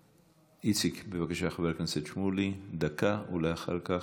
איציק, בבקשה, חבר הכנסת שמולי, ולאחר מכן,